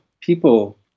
people